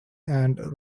and